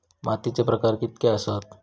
मातीचे प्रकार कितके आसत?